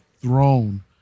throne